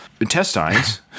intestines